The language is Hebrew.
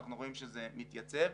ואנחנו רואים שזה מתייצב.